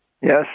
Yes